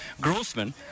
Grossman